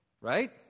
right